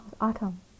autumn